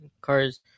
cars